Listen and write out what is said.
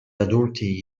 adulti